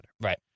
Right